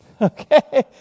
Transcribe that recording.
okay